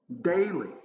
Daily